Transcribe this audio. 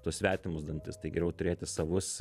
tuos svetimus dantis tai geriau turėti savus